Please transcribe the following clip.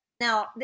Now